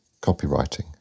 copywriting